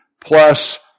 plus